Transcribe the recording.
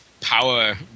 power